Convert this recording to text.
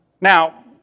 Now